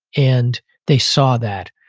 and they saw that.